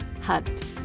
hugged